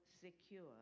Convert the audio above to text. secure